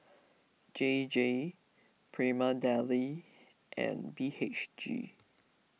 J J Prima Deli and B H G